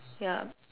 ya